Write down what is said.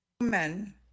Men